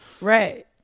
Right